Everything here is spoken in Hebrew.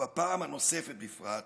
ובפעם הנוספת בפרט,